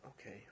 Okay